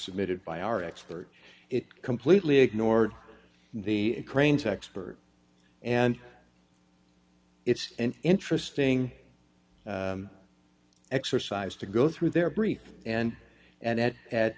submitted by our expert it completely ignored the crane's expert and it's an interesting exercise to go through their briefs and and at at